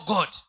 God